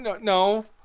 no